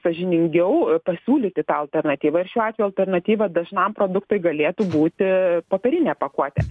sąžiningiau pasiūlyti tą alternatyvą ir šiuo atveju alternatyva dažnam produktui galėtų būti popierinė pakuotė